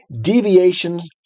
Deviations